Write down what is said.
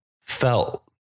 felt